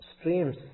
Streams